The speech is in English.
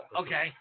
Okay